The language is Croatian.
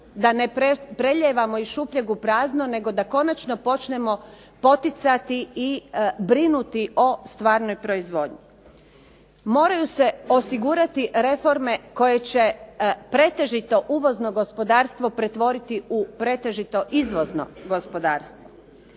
da ne prelijevamo iz šupljeg u prazno nego da konačno počnemo poticati i brinuti o stvarnoj proizvodnji. Moraju se osigurati reforme koje će pretežito uvozno gospodarstvo pretvoriti u pretežito izvozno gospodarstvo.